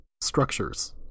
structures